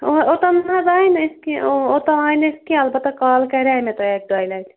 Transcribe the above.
اوا اوٚتام نہ حظ آیہِ نہٕ أسۍ کیٚنٛہہ اۭں اوٚتام آے نہٕ أسۍ کیٚنٛہہ البتہ کال کَرے مےٚ تۄہہِ اَکہِ دۄیہِ لَٹہِ